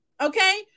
okay